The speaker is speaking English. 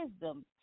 wisdom